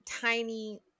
tiny